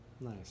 Nice